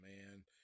man